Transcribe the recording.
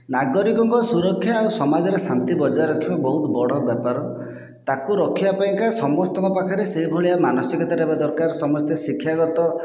ନାଗରିକଙ୍କ ସୁରକ୍ଷା ଓ ସମାଜର ଶାନ୍ତି ବଜାୟ ରଖିବା ବହୁତ ବଡ଼ ବ୍ୟାପାର ତାକୁ ରଖିବାପାଇଁକା ସମସ୍ତଙ୍କ ପାଖରେ ସେହିଭଳିଆ ମାନସିକତା ରହିବା ଦରକାର ସମସ୍ତେ ଶିକ୍ଷାଗତ